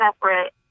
separate